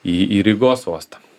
į į rygos uostą